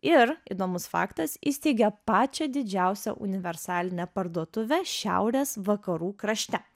ir įdomus faktas įsteigė pačią didžiausią universalinę parduotuvę šiaurės vakarų krašte